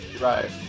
right